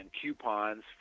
coupons